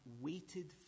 waited